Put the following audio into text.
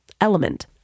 Element